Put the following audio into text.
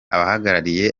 abahagarariye